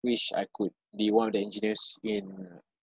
wish I could be one of the engineers in uh